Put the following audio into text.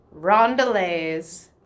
Rondelays